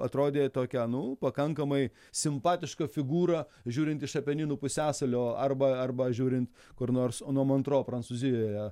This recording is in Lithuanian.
atrodė tokia nu pakankamai simpatiška figūra žiūrint iš apeninų pusiasalio arba arba žiūrint kur nors o nuo mantro prancūzijoje